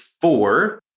four